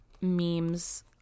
memes